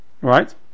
Right